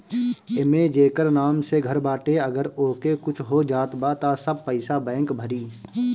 एमे जेकर नाम से घर बाटे अगर ओके कुछ हो जात बा त सब पईसा बैंक भरी